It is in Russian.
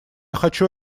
хочу